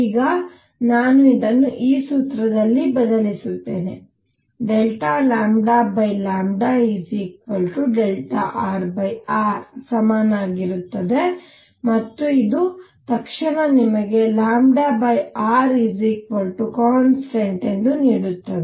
ಈಗ ನಾನು ಇದನ್ನು ಈ ಸೂತ್ರದಲ್ಲಿ ಬದಲಿಸುತ್ತೇನೆΔλ Δrr ಸಮಾನವಾಗಿರುತ್ತದೆ ಮತ್ತು ಇದು ತಕ್ಷಣ ನಿಮಗೆrಕಾನ್ಸ್ಟಂಟ್ ನೀಡುತ್ತದೆ